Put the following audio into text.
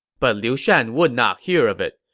but liu shan would not hear of it.